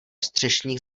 střešních